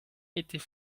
était